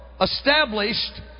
established